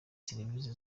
serivisi